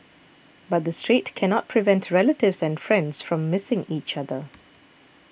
but the Strait cannot prevent relatives and friends from missing each other